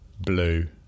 blue